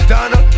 Donna